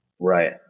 Right